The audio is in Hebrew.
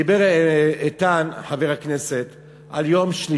הדבר הכי חשוב: דיבר חבר הכנסת איתן על יום שלישי.